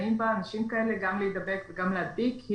שנתקלים בה אנשים כאלה גם להידבק וגם להדביק היא